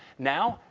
now,